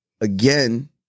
Again